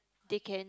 they can